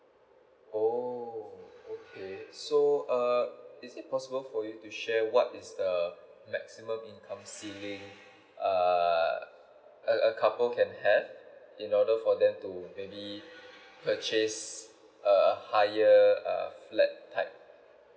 oo okay so err is it possible for you to share what is the maximum income ceiling err a a couple can have in order for them to maybe purchase a higher uh flat type